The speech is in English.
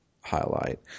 highlight